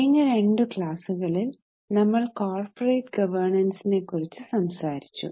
കഴിഞ്ഞ രണ്ടു ക്ലാസ്സുകളിൽ നമ്മൾ കോർപ്പറേറ്റ് ഗവേര്ണൻസിനെ കുറിച്ച് സംസാരിച്ചു